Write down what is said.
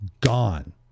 gone